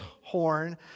horn